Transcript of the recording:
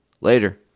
Later